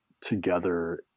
together